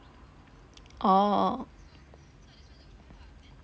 orh